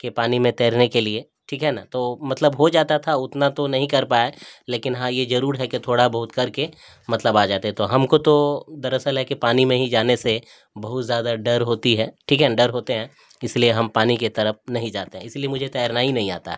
کہ پانی میں تیرنے کے لیے ٹھیک ہے نا تو مطلب ہو جاتا تھا اتنا تو نہیں کر پایا لیکن ہاں یہ ضرور ہے کہ تھوڑا بہت کر کے مطلب آ جاتے تو ہم کو تو دراصل ہے کہ پانی میں ہی جانے سے بہت زیادہ ڈر ہوتی ہے ٹھیک ہے نا ڈر ہوتے ہیں اس لیے ہم پانی کی طرف نہیں جاتے ہیں اسی لیے مجھے تیرنا ہی نہیں آتا ہے